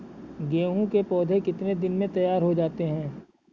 गेहूँ के पौधे कितने दिन में तैयार हो जाते हैं?